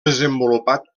desenvolupat